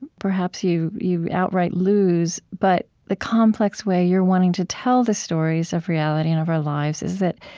perhaps you you outright lose. but the complex way you're wanting to tell the stories of reality and of our lives is that